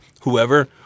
whoever